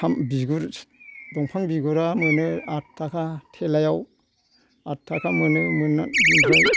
बिगुर दंफां बिगुरा मोनो आथ थाखा थेलायाव आथ थाखा मोनो बेनिफ्राइ